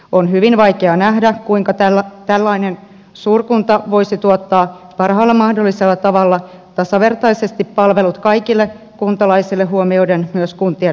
on hyvin vaikea nähdä kuinka tällainen suurkunta voisi tuottaa parhaalla mahdollisella tavalla tasavertaisesti palvelut kaikille kuntalaisille huomioiden myös kuntien reuna alueet